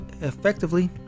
effectively